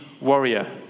warrior